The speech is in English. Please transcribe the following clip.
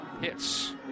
hits